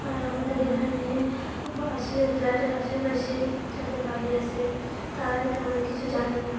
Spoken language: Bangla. আর আমাদের এখানে পাশে ফ্ল্যাটের আশেপাশে যাদের বাড়ি আসে তারাই তেমন কিছু জানে না